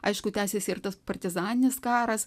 aišku tęsiasi ir tas partizaninis karas